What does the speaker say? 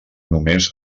només